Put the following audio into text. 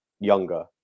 younger